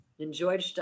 Enjoyed